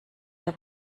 der